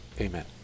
amen